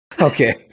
Okay